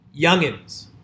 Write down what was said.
Youngins